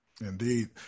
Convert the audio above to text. Indeed